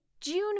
June